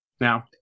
now